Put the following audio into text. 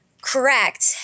correct